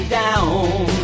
down